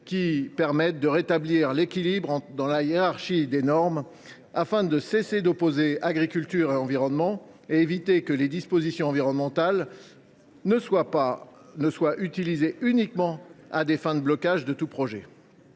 qui permettent de rétablir l’équilibre dans la hiérarchie des normes, afin de cesser d’opposer agriculture et environnement et d’éviter que les dispositions environnementales ne soient utilisées uniquement à des fins de blocage de tout projet.